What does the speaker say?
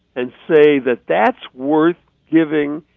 and say that that's worth giving,